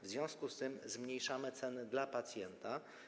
W związku z tym zmniejszamy ceny dla pacjenta.